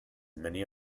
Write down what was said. many